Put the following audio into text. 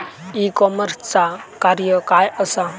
E कॉमर्सचा कार्य काय असा?